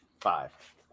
Five